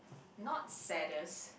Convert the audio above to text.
not saddest